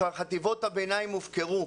חטיבות הביניים הופקרו.